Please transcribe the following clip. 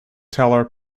teller